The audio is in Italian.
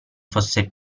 fosse